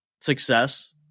success